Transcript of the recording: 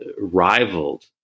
rivaled